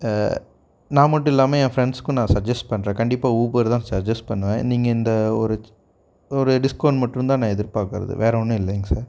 நான் மட்டும் இல்லாமல் என் ஃப்ரெண்ட்ஸ்க்கும் நான் சஜ்ஜஸ் பண்ணுறேன் கண்டிப்பாக ஊபரு தான் சஜ்ஜஸ் பண்ணுவேன் நீங்கள் இந்த ஒரு ஒரு டிஸ்கவுண்ட் மட்டும்தான் நான் எதிர்பார்க்கறது வேறு ஒன்றும் இல்லைங் சார்